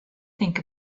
think